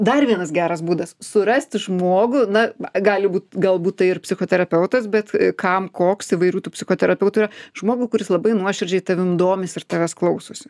dar vienas geras būdas surasti žmogų na gali būt galbūt tai ir psichoterapeutas bet kam koks įvairių tų psichoterapeutų yra žmogų kuris labai nuoširdžiai tavim domisi ir tavęs klausosi